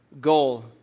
goal